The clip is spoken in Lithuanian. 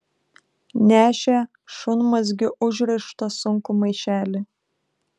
nešė šunmazgiu užrištą sunkų maišelį